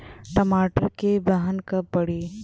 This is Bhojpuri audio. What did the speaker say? टमाटर क बहन कब पड़ी?